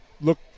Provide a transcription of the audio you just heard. look